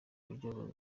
buryo